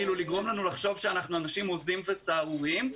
לגרום לנו לחשוב שאנחנו הוזים וסהרוריים,